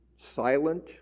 silent